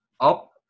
up